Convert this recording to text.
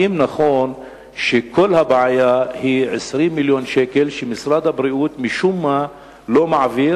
האם נכון שכל הבעיה היא 20 מיליון שקל שמשרד הבריאות משום-מה לא מעביר,